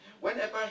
Whenever